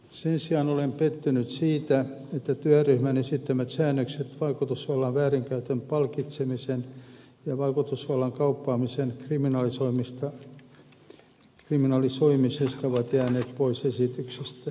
sen sijaan olen pettynyt siihen että työryhmän esittämät säännökset vaikutusvallan väärinkäytön palkitsemisen ja vaikutusvallan kauppaamisen kriminalisoimisesta ovat jääneet pois esityksestä